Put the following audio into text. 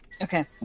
okay